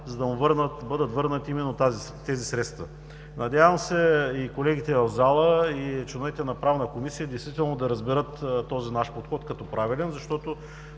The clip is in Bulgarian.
за да му бъдат върнати именно тези средства. Надявам се и колегите в залата, и членовете на Правната комисия да разберат този наш подход като правилен, защото